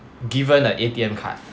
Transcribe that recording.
given a A_T_M card